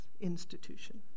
institution